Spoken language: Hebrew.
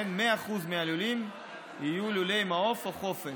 שבהן 100% מהלולים יהיו לולי מעוף או חופש.